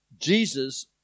Jesus